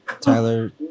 Tyler